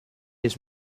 his